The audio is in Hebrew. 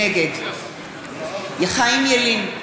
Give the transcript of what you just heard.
נגד חיים ילין,